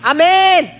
Amen